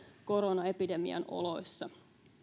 koronaepidemian oloissa